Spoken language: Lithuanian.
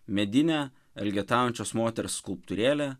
medinę elgetaujančios moters skulptūrėlę